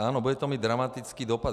Ano, bude to mít dramatický dopad.